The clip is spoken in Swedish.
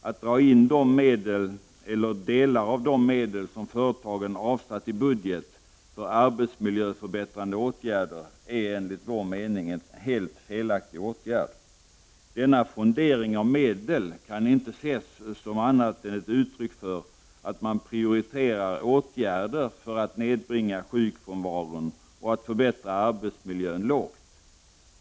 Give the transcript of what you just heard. Att dra in de medel eller delar av de medel som företagen avsatt i budget för arbetsmiljöförbättrande åtgärder är enligt vår mening en helt felaktig åtgärd. Denna fondering av medel kan inte ses som annat än ett uttryck för att man lågt prioriterar åtgärder för att nedbringa sjukfrånvaron och förbättra arbetsmiljön.